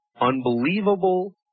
unbelievable